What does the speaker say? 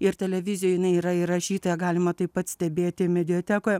ir televizijoj jinai yra įrašyta galima taip pat stebėti mediatekoje